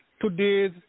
today's